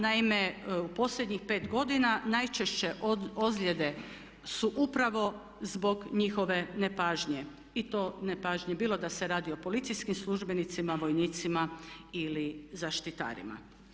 Naime, u posljednjih pet godina najčešće ozljede su upravo zbog njihove nepažnje i to nepažnje bilo da se radi o policijskim službenicima, vojnicima ili zaštitarima.